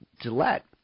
Gillette